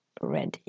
ready